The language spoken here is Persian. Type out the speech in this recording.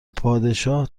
پادشاه